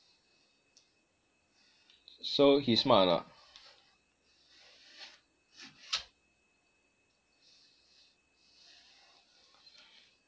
so he smart or not